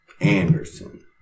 Anderson